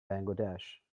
bangladesh